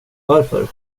varför